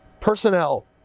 Personnel